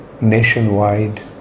nationwide